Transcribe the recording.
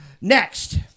Next